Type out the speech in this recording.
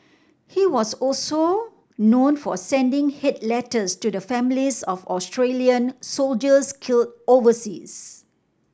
he was also known for sending hate letters to the families of Australian soldiers killed overseas